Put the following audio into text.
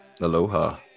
Aloha